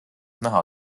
näha